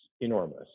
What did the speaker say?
enormous